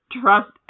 trust